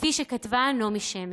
כפי שכתבה נעמי שמר.